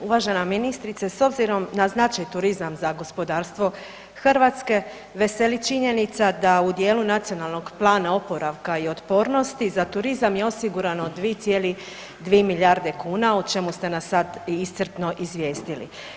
Uvažena ministrice, s obzirom na značaj turizma na gospodarstvo Hrvatske veseli činjenica da u dijelu Nacionalnog plana oporavka i otpornosti za turizma je osigurano 2,2 milijarde kuna o čemu ste nas sad iscrpno izvijestili.